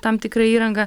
tam tikra įranga